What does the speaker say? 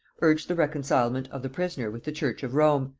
urged the reconcilement of the prisoner with the church of rome,